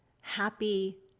happy